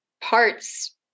parts